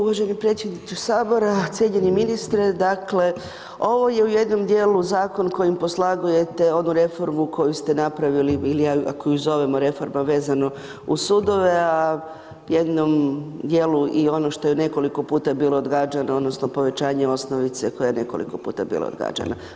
Uvaženi predsjedniče Sabora, cijenjeni ministre, dakle, ovo je u jednom dijelu zakon kojim poslagujete onu reformu koju ste napravili ili ako ju zovemo reforme vezano uz sudove, a u jednom dijelu i ono što je u nekoliko puta bilo odgađano, odnosno, povećanje osnovice koje je nekoliko puta bilo odgađano.